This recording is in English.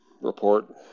report